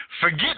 Forget